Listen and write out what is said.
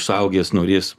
suaugęs norės